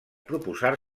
proposar